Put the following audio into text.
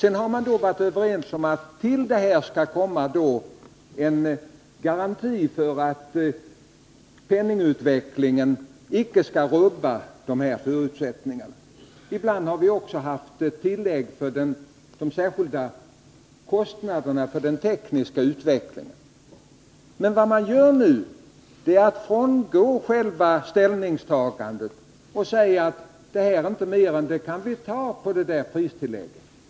Sedan har man varit överens om att till detta skall komma en garanti för att penningutvecklingen icke skall rubba förutsättningarna. Ibland har vi också haft ett tillägg för de särskilda kostnaderna för den tekniska utvecklingen. Men vad man gör nu är att frångå själva ställningstagandet och säga att det här inte gäller mer än att det kan ingå i detta pristillägg.